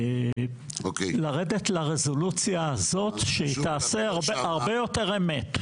לרדת לרזולוציה הזאת שתעשה הרבה יותר אמת.